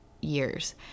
years